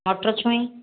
ମଟର ଛୁଇଁ